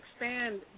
expand